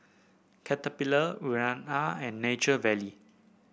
Caterpillar Urana and Nature Valley